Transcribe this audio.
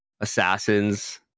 assassins